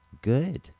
Good